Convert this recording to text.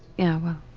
yeah well,